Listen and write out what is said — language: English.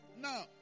Now